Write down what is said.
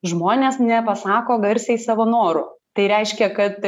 žmonės nepasako garsiai savo norų tai reiškia kad